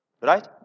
Right